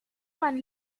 man